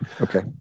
Okay